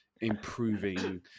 improving